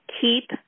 Keep